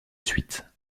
suite